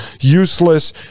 useless